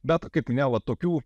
bet kaip ne va tokių